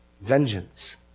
vengeance